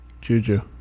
Juju